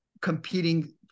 competing